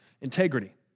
integrity